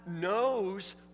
knows